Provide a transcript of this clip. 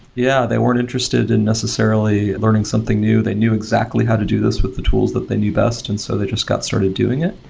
yeah. they weren't interested in necessarily learning something new. they knew exactly how to do this with the tools that they knew best, and so they just got started doing it.